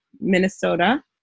Minnesota